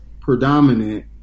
predominant